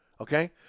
okay